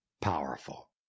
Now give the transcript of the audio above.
powerful